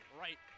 right